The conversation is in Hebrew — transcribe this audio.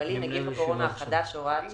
כלכלי (נגיף הקורונה החדש) (הוראת שעה),